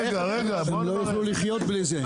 הם לא יוכלו לחיות בלי זה.